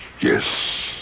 Yes